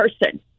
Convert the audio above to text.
person